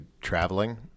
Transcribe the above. traveling